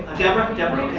deborah. um deborah.